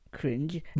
cringe